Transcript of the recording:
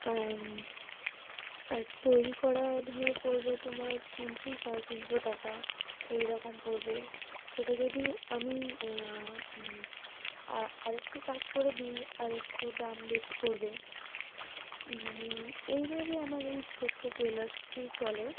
আর তৈরি করা ধরো পড়বে তোমার তিনশো সাড়ে তিনশো টাকা এইরকম পড়বে সেটা যদি আমি আরেকটু কাজ করে দিই আরেকটু দাম বেশি পড়বে মানে এইভাবে আমার এই ছোট্টো টেলার্সটি চলে